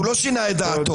הוא לא שינה את דעתו,